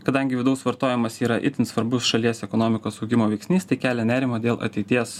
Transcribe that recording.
kadangi vidaus vartojimas yra itin svarbus šalies ekonomikos augimo veiksnys tai kelia nerimą dėl ateities